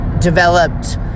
developed